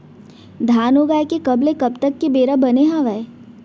धान उगाए के कब ले कब तक के बेरा बने हावय?